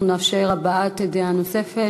אנחנו נאפשר הבעת דעה נוספת,